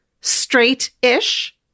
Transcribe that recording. straight-ish